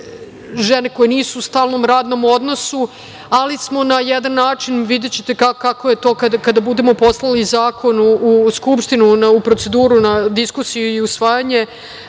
žene koje nisu u stalnom radnom odnosu, ali smo na jedan način, videćete kako je to kada budemo poslali zakon u Skupštinu, u proceduru, na diskusiju i usvajanje,